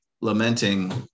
Lamenting